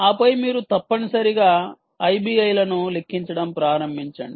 ఆపై మీరు తప్పనిసరిగా ఐబిఐలను లెక్కించడం ప్రారంభించండి